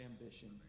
ambition